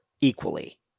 equally